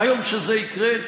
ביום שזה יקרה,